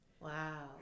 Wow